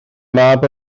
mab